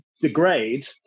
degrade